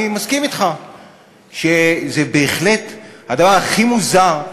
אני מסכים אתך שזה בהחלט הדבר הכי מוזר,